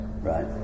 right